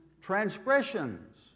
transgressions